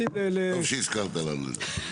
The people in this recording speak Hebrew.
--- טוב שהזכרת לנו את זה.